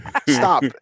stop